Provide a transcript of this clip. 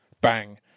bang